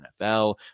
NFL